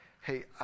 Hey